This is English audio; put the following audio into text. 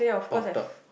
bulked up